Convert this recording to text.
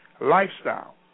lifestyle